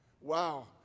Wow